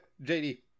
JD